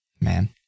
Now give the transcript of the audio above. man